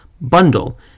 bundle